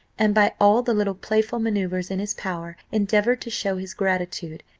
and by all the little playful manoeuvres in his power endeavoured to show his gratitude,